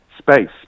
Space